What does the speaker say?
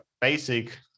basic